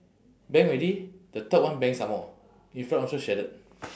bang already the third one bang some more in front also shattered